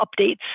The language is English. updates